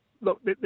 look